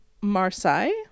Marseille